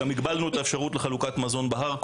גם הגבלנו את האפשרות לחלוקת מזון בהר.